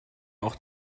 auch